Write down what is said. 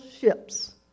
ships